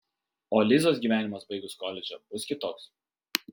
o lizos gyvenimas baigus koledžą bus kitoks